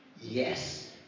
Yes